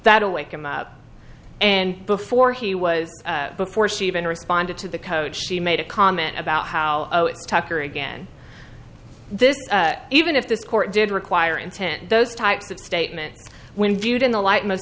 that'll wake him up and before he was before she even responded to the coach she made a comment about how tucker again this even if this court did require intent those types of statements when viewed in the light most